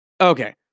Okay